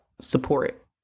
support